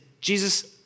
Jesus